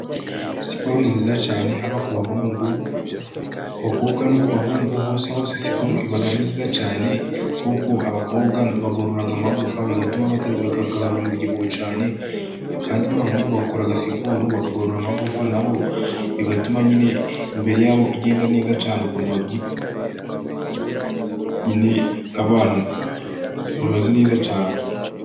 Siporo ni nziza cyane haba ku bahungu, ku bakobwa no ku bahungu hose hose siporo iba ari nziza cyane kuko abakobwa bagorora amagufa, bigatuma bagabanya umubyibuho cyane kandi n'abahungu bakora siporo bakagorora amagufa, na bo bigatuma nyine imbere yabo igenda neza cyane, ukuntu babyifuza nyine nk'abantu bameze neza cyane .